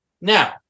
now